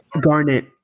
Garnet